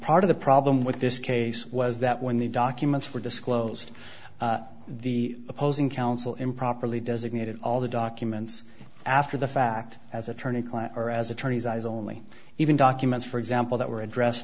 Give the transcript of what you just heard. part of the problem with this case was that when the documents were disclosed the opposing counsel improperly designated all the documents after the fact as attorney client or as attorneys eyes only even documents for example that were address